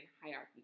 hierarchy